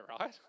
right